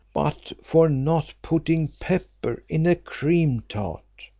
but for not putting pepper in a cream tart,